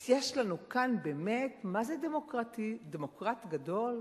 אז יש לנו כאן באמת, מה זה דמוקרטי, דמוקרט גדול.